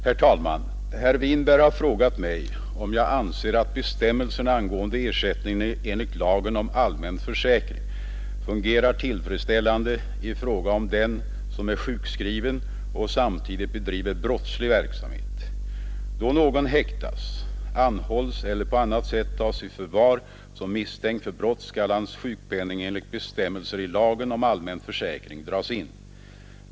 Herr talman! Herr Winberg har frågat mig om jag anser att bestämmelserna angående ersättning enligt lagen om allmän försäkring fungerar tillfredsställande i fråga om den som är sjukskriven och samtidigt bedriver brottslig verksamhet. försäkring dras in.